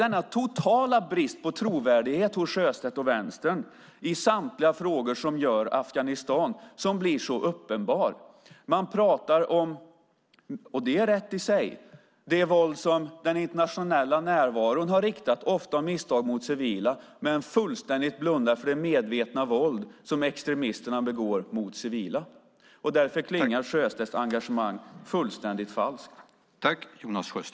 Denna totala brist på trovärdighet hos Sjöstedt och Vänstern i samtliga frågor som rör Afghanistan blir så uppenbar. Man pratar om - och det är rätt i sig - det våld som den internationella närvaron har riktat, ofta av misstag, mot civila men blundar fullständigt för det medvetna våld som extremisterna begår mot civila. Därför klingar Sjöstedts engagemang fullständigt falskt.